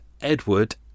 Edward